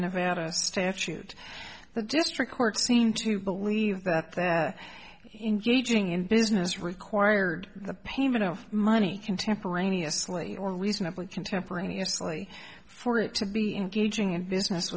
nevada statute the district court seemed to believe that that engaging in business required the payment of money contemporaneously or reasonably contemporaneously for it to be engaging in business